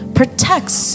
protects